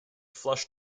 flush